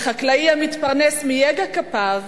לחקלאי המתפרנס מיגע כפיו,